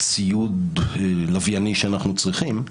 ציוד לווייני שאנחנו צריכים,